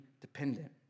dependent